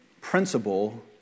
principle